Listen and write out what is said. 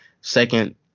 Second